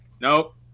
nope